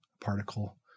particle